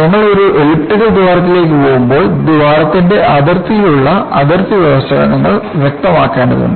നിങ്ങൾ ഒരു എലിപ്റ്റിക്കൽ ദ്വാരത്തിലേക്ക് പോകുമ്പോൾ ദ്വാരത്തിന്റെ അതിർത്തിയിലുള്ള അതിർത്തി വ്യവസ്ഥകൾ നിങ്ങൾ വ്യക്തമാക്കേണ്ടതുണ്ട്